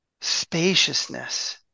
spaciousness